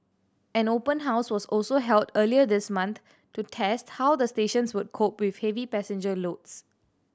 an open house was also held earlier this month to test how the stations would cope with heavy passenger loads